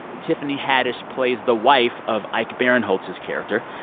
tiffany haddish plays the wife of ike barinholtz's character.